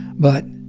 but.